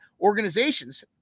organizations –